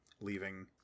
leaving